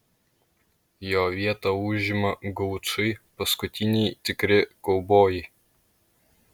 jo vietą užima gaučai paskutiniai tikri kaubojai